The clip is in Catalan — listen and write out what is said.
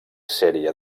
sèrie